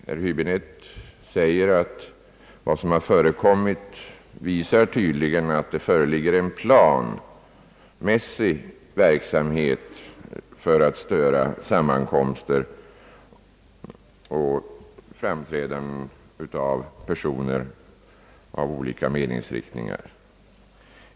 Herr Häbinette säger att vad som har förekommit tydligt visar att det föreligger en planmässig verksamhet för att störa sammankomster och framträdanden av personer av olika meningsriktningar.